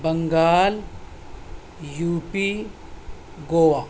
Bengal U P Goa